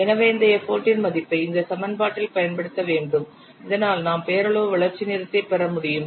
எனவே இந்த எப்போட் ன் மதிப்பை இந்த சமன்பாட்டில் பயன்படுத்த வேண்டும் இதனால் நாம் பெயரளவு வளர்ச்சி நேரத்தை பெற முடியும்